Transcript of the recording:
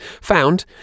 found